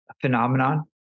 phenomenon